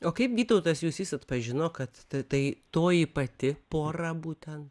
o kaip vytautas jusys atpažino kad tai toji pati pora būten